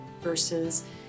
versus